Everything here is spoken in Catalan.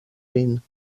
vint